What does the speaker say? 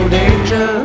danger